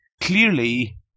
Clearly